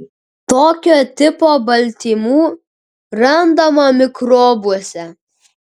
tokio tipo baltymų randama mikrobuose